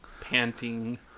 panting